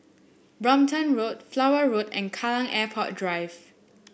Brompton Road Flower Road and Kallang Airport Drive